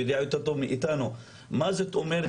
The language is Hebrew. הוא יודע יותר טוב מאתנו מה זאת אומרת